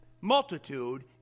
multitude